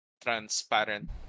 transparent